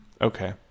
Okay